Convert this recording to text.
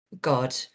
god